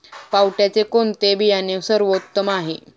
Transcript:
पावट्याचे कोणते बियाणे सर्वोत्तम आहे?